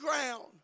ground